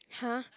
!huh!